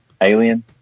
Alien